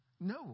No